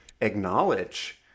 acknowledge